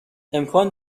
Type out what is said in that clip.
امکان